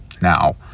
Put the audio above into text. Now